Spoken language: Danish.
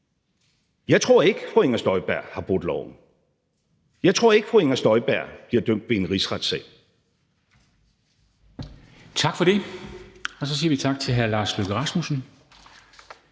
Jeg tror ikke, at fru Inger Støjberg har brudt loven. Jeg tror ikke, at fru Inger Støjberg bliver dømt ved en rigsretssag. Kl. 15:41 Formanden (Henrik Dam